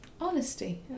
Honesty